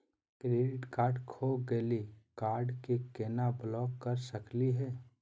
Credit card खो गैली, card क केना ब्लॉक कर सकली हे?